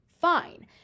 Fine